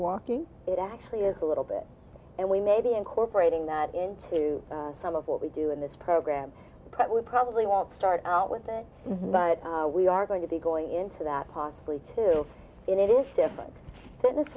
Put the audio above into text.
walking it actually is a little bit and we may be incorporating that into some of what we do in this program but we probably won't start out with it but we are going to be going into that possibly too in it is different fitness